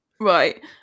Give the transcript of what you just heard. Right